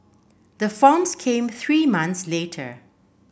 the forms came three months later